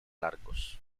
largos